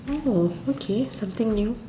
oh okay something new